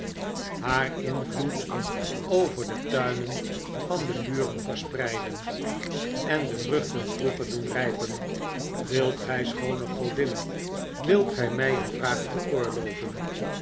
haar invloed over de tuinen van de buren verspreiden en de vruchten vroeger doen rijpen wilt gij schoone godin wilt gij mij een vraag veroorloven